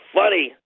funny